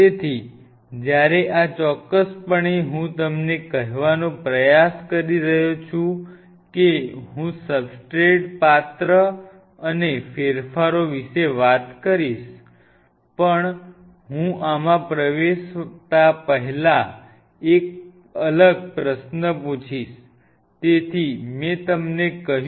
તેથી જ્યારે આ ચોક્કસપણે હું તમને કહેવાનો પ્રયાસ કરી રહ્યો છું કે હું સબસ્ટ્રેટ પાત્ર અને ફેરફારો વિશે વાત કરીશ પણ હું આમાં પ્રવેશતા પહેલા એક અલગ પ્રશ્ન પૂછીશ તેથી મેં તમને કહ્યું